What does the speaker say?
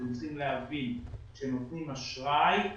אתם צריכים להבין שכאשר נותנים אשראי,